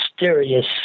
mysterious